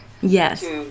Yes